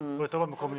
הוא יותר מהמקומיות.